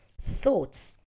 thoughts